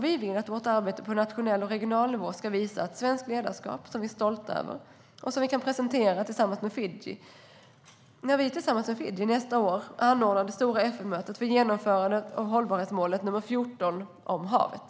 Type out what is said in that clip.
Vi vill att vårt arbete på nationell och regional nivå ska visa ett svenskt ledarskap som vi är stolta över och som vi kan presentera när vi tillsammans med Fiji nästa år anordnar det stora FN-mötet för genomförandet av hållbarhetsmålet nr 14 om havet.